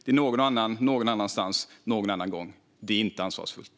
Det är någon annan, någon annanstans, någon annan gång. Det är inte ansvarsfullt.